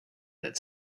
that